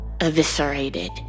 Eviscerated